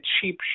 cheap